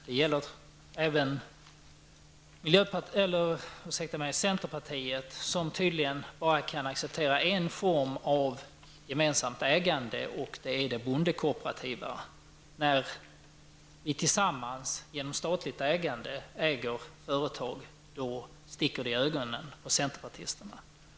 Det gäller även centerpartiet, som tydligen bara kan acceptera en form av gemensamt ägande, bondekooperativ. Men när vi tillsammans genom statligt ägande äger företag sticker det i ögonen på centerpartisterna.